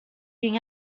king